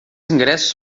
ingressos